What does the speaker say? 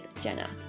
Jenna